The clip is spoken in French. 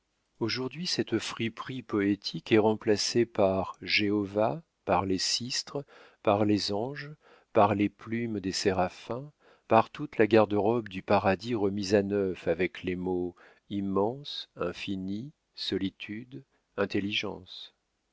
aujourd'hui cette friperie poétique est remplacée par jéhova par les sistres par les anges par les plumes des séraphins par toute la garde-robe du paradis remise à neuf avec les mots immense infini solitude intelligence